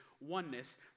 oneness